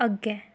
अग्गै